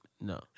No